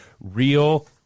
real